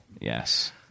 Yes